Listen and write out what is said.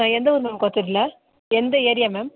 ஆ எந்த ஊர் மேம் கோத்தகிரியில் எந்த ஏரியா மேம்